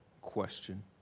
question